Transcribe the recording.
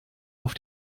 auf